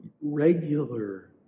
regular